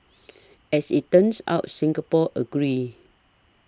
as it turns out Singapore agree